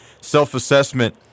self-assessment